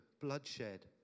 bloodshed